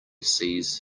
sees